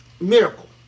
miracle